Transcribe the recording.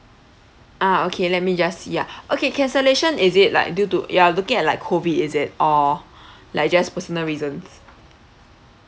ah okay let me just see ah okay cancellation is it like due to you are looking at like COVID is it or like just personal reasons